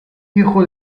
hijo